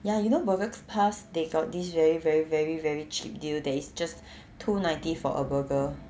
ya you know Burger Plus they got this very very very very cheap deal that is just two ninety for a burger